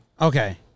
Okay